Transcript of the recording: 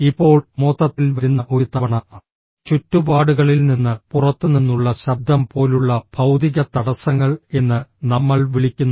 ഇപ്പോൾ മൊത്തത്തിൽ വരുന്ന ഒരു തവണ ചുറ്റുപാടുകളിൽ നിന്ന് പുറത്തുനിന്നുള്ള ശബ്ദം പോലുള്ള ഭൌതിക തടസ്സങ്ങൾ എന്ന് നമ്മൾ വിളിക്കുന്നു